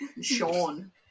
Sean